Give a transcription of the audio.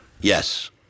yes